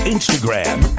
Instagram